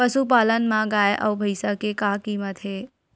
पशुपालन मा गाय अउ भंइसा के का कीमत हे?